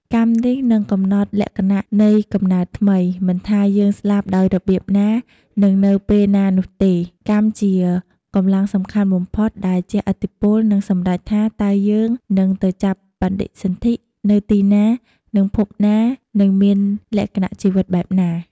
កម្មនេះនឹងកំណត់លក្ខណៈនៃកំណើតថ្មី មិនថាយើងស្លាប់ដោយរបៀបណា និងនៅពេលណានោះទេ កម្មជាកម្លាំងសំខាន់បំផុតដែលជះឥទ្ធិពល និងសម្រេចថា តើយើងនឹងទៅចាប់បដិសន្ធិនៅទីណា ក្នុងភពណានិងមានលក្ខណៈជីវិតបែបណា។